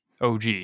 OG